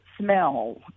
smell